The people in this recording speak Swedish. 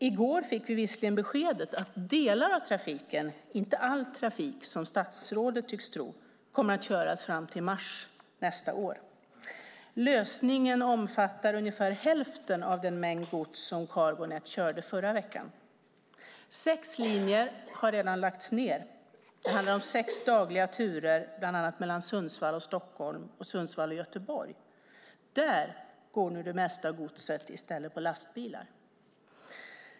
I går fick vi visserligen beskedet att delar av trafiken - inte all trafik, som statsrådet tycks tro - kommer att köras fram till mars nästa år. Lösningen omfattar ungefär hälften av den mängd gods som Cargo Net körde förra veckan. Sex linjer har redan lagts ned. Det handlar om sex dagliga turer bland annat mellan Sundsvall och Stockholm och mellan Sundsvall och Göteborg. Där går nu det mesta godset i stället på lastbilar.